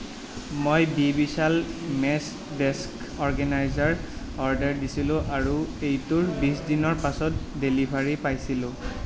মই বি বিশাল মেছ ডেস্ক অৰ্গেনাইজাৰ অৰ্ডাৰ দিছিলোঁ আৰু এইটোৰ বিছ দিনৰ পাছত ডেলিভাৰী পাইছিলোঁ